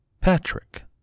Patrick